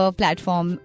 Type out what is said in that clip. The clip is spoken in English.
platform